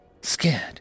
scared